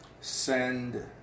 send